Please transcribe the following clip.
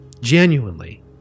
Genuinely